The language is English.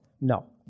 No